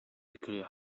peculiar